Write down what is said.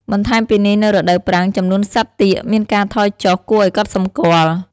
បន្ថែមពីនេះនៅរដូវប្រាំង ចំនួនសត្វទាកមានការថយចុះគួរឲ្យកត់សម្គាល់។